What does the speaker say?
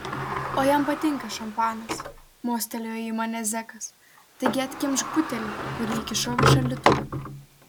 o jam patinka šampanas mostelėjo į mane zekas taigi atkimšk butelį kurį įkišau į šaldytuvą